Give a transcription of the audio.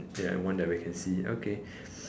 ya and one that we can see okay